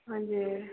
हजुर